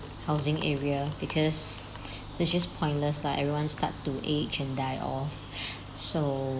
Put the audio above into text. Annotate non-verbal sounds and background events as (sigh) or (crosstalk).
housing area because that's just pointless lah everyone start to age and die off (breath) so